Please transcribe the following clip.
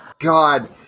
god